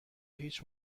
هیچ